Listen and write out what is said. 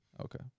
Okay